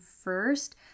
first